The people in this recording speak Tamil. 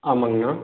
ஆமாங்கண்ணா